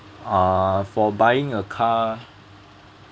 uh for buying a car